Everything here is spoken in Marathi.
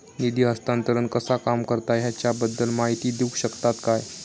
निधी हस्तांतरण कसा काम करता ह्याच्या बद्दल माहिती दिउक शकतात काय?